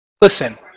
Listen